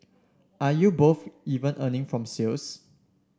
are you both even earning from sales